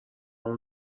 اون